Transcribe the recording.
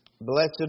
Blessed